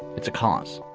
it's a cause,